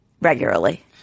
regularly